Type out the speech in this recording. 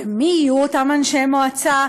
ומי יהיו אותם אנשי מועצה?